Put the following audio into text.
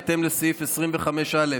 בהתאם לסעיף 25(א)